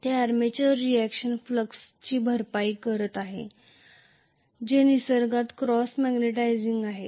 ते armature reaction फ्लक्सची भरपाई करीत आहेत जे प्रत्यक्ष स्वरूपात क्रॉस मॅग्नेटिझिंग आहेत